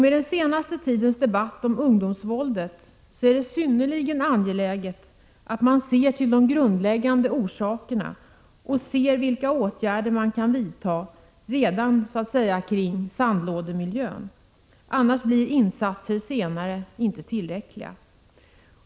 Med hänsyn till utvecklingen av ungdomsvåldet är det synnerligen angeläget att se vilka som är de grundläggande orsakerna och vilka åtgärder man kan vidta redan kring sandlådemiljön. Annars blir insatser senare inte tillräckliga.